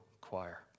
Choir